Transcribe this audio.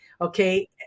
Okay